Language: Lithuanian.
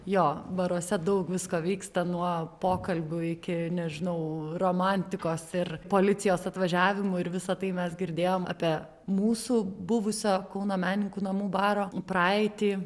jo baruose daug visko vyksta nuo pokalbių iki nežinau romantikos ir policijos atvažiavimų ir visa tai mes girdėjom apie mūsų buvusio kauno menininkų namų baro praeitį